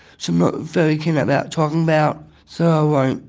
so i'm not very keen about talking about, so i won't.